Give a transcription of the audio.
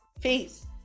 peace